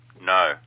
No